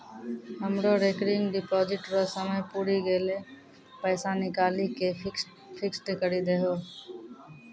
हमरो recurring deposit रो समय पुरी गेलै पैसा निकालि के फिक्स्ड करी दहो